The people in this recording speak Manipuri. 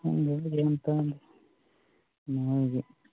ꯈꯪꯗꯦꯗ ꯒ꯭ꯌꯥꯟ ꯇꯥꯗꯦ ꯅꯣꯏꯒꯤ